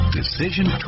Decision